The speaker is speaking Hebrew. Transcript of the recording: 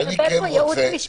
הוא מקבל ייעוץ משפטי.